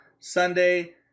Sunday